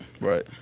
Right